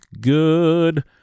good